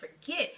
forget